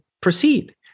proceed